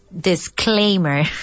Disclaimer